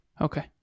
Okay